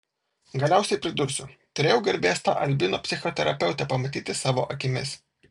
galiausiai pridursiu turėjau garbės tą albino psichoterapeutę pamatyti savo akimis